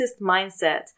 mindset